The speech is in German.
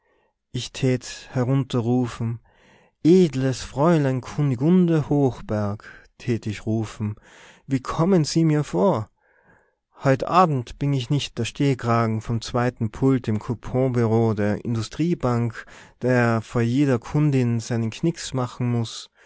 ich tät herunterrufen edles fräulein kunigunde hochberg tät ich rufen wie kommen se merr vor heut abend bin ich nicht der stehkragen vom zweiten pult im couponbureau der industriebank der vor jeder kundin seinen knicks machen muß